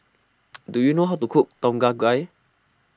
do you know how to cook Tom Kha Gai